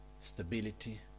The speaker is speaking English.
stability